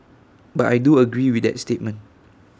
but I do agree with that statement